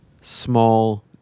small